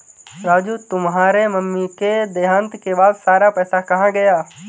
राजू तुम्हारे मम्मी के देहांत के बाद सारा पैसा कहां गया?